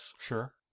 Sure